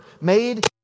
Made